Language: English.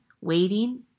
waiting